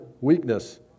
weakness